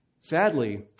Sadly